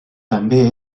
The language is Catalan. també